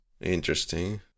interesting